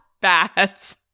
bats